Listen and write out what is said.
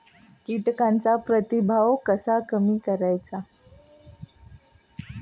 कीटकांचा प्रादुर्भाव कसा कमी करायचा?